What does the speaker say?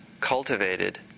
cultivated